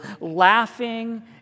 laughing